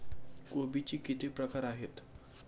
कोबीचे किती प्रकार आहेत?